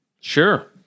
Sure